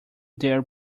dare